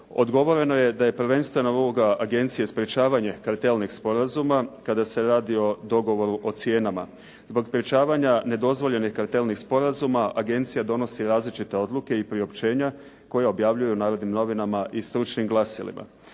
Odgovoreno je da je prvenstvena uloga agencije sprječavanje kartelnih sporazuma kada se radi o dogovoru o cijenama. Zbog sprječavanja nedozvoljenih kartelnih sporazuma, agencija donosi različite odluke i priopćenja koja objavljuje u narodnim novinama i stručnim glasilima.